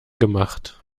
gemacht